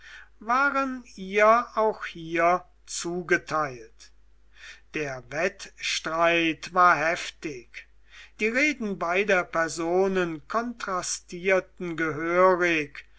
waren ihr auch hier zugeteilt der wettstreit war heftig die reden beider personen kontrastierten gehörig